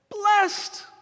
blessed